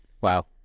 Wow